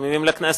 מביאים לכנסת,